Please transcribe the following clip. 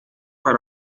para